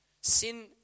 Sin